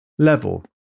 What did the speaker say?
Level